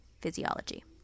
physiology